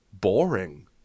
boring